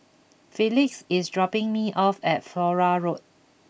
Felix is dropping me off at Flora Road